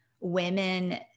women